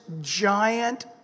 giant